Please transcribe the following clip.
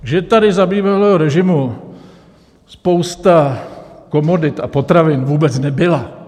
Že tady za bývalého režimu spousta komodit a potravin vůbec nebyla...